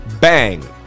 Bang